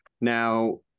Now